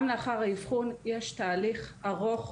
גם לאחר האבחון יש תהליך ארוך,